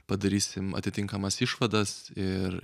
padarysim atitinkamas išvadas ir